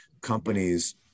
companies